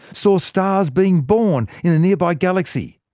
saw stars being born in a nearby galaxy,